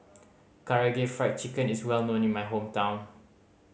Karaage Fried Chicken is well known in my hometown